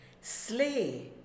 Slay